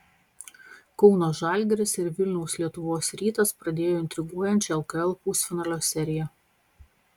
kauno žalgiris ir vilniaus lietuvos rytas pradėjo intriguojančią lkl pusfinalio seriją